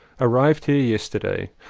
arrived here yesterday.